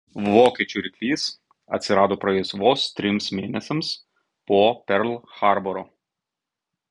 vokiečių ryklys atsirado praėjus vos trims mėnesiams po perl harboro